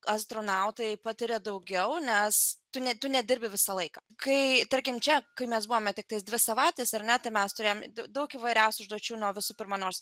astronautai patiria daugiau nes tu tu nedirbi visą laiką kai tarkim čia kai mes buvome tiktais dvi savaites ar ne tai mes turėjom daug įvairiausių užduočių nuo visų pirma nors